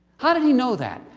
how did he know that?